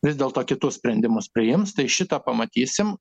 vis dėlto kitus sprendimus priims tai šitą pamatysim